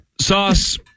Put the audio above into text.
Sauce